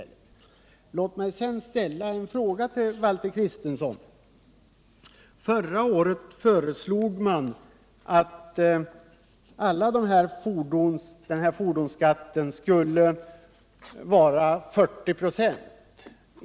Låt mig sedan ställa en fråga till Valter Kristenson. Förra året föreslog man att fordonsskatten skulle vara 40 96.